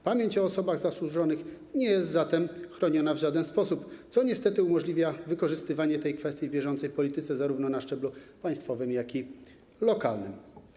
Pamięć o osobach zasłużonych nie jest zatem chroniona w żaden sposób, co niestety umożliwia wykorzystywanie tej kwestii w bieżącej polityce zarówno na szczeblu państwowym, jak i lokalnym.